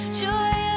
joy